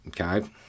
Okay